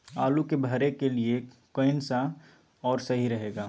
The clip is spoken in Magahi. आलू के भरे के लिए केन सा और सही रहेगा?